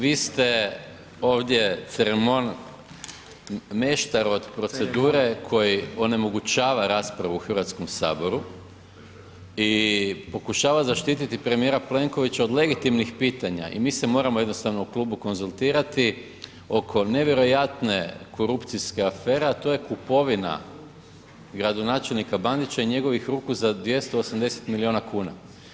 Vi ste ovdje ceremon, meštar od procedure koji onemogućava raspravu u HS-u i pokušava zaštiti premijera Plenkovića od legitimnih pitanja i mi se moramo jednostavno u klubu konzultirati oko nevjerojatne korupcijske afere, a to je kupovina gradonačelnika Bandića i njegovih ruku za 280 milijuna kuna.